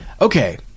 okay